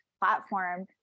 platform